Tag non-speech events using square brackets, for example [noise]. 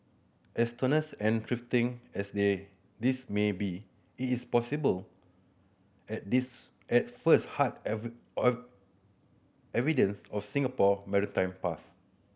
as tenuous and trifling as they this may be it is possible at this at first hard [unintelligible] evidence of Singapore maritime past